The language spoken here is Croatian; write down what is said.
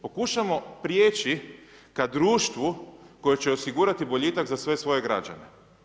Pokušamo prijeći ka društvu koje će osigurati boljitak za sve svoje građane.